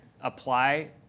apply